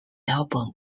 album